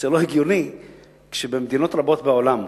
שזה לא הגיוני שבמדינות רבות בעולם,